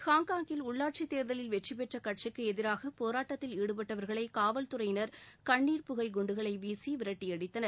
ஹாங்காங்கில் உள்ளாட்சித் தேர்தலில் வெற்றி பெற்ற கட்சிக்கு எதிராக போராட்டத்தில் ஈடுபட்டவர்களை காவல்துறையினர் கண்ணீர் புகை குண்டுகளை வீசி விரட்டியடித்தனர்